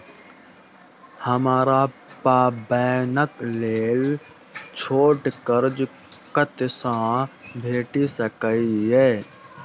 हमरा पाबैनक लेल छोट कर्ज कतऽ सँ भेटि सकैये?